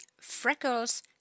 freckles